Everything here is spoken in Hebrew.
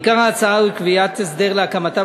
עיקר ההצעה הוא קביעת הסדר להקמתה